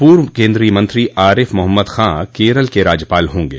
पूर्व केन्द्रीय मंत्री आरिफ मोहम्मद खान केरल के राज्यपाल होंगे